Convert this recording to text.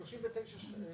מי נמנע?